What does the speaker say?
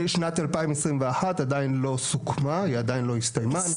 שנת 2021 עדיין לא סוכמה, היא עדיין לא הסתכמה.